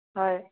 হয়